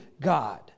God